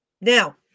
Now